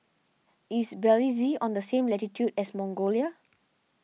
is Belize on the same latitude as Mongolia